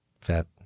fat